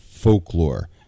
folklore